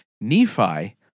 Nephi